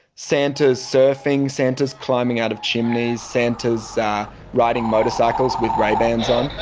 santas surfing, santas climbing out of chimneys, santas ah riding motorcycles with ray-bans on